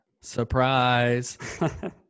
Surprise